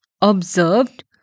observed